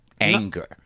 anger